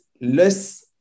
less